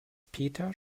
peter